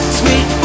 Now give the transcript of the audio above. sweet